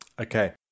Okay